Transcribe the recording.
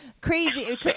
Crazy